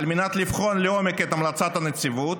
על מנת לבחון לעומק את המלצת הנציבות,